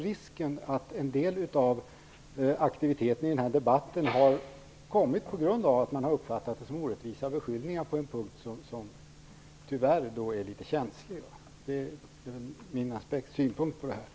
Risken är att en del av aktiviteten i den här debatten har uppstått på grund av man har uppfattat det som att man har fått orättvisa beskyllningar på en punkt som tyvärr är litet känslig. Det är min synpunkt på denna fråga.